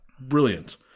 Brilliant